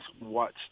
watch